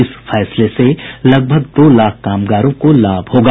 इस फैसले से लगभग दो लाख कामगारों को लाभ होगा